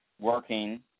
working